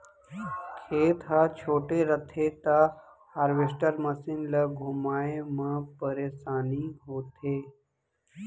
खेत ह छोटे रथे त हारवेस्टर मसीन ल घुमाए म परेसानी होथे